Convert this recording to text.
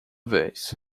vez